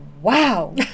Wow